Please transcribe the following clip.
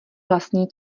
vlastní